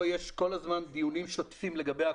יש כל הזמן דיונים שוטפים לגבי הקורונה,